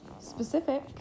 specific